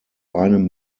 einem